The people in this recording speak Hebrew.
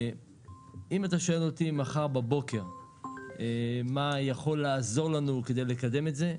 אם אתה שואל אותי מחר בבוקר מה יכול לעזור לנו כדי לקדם את זה,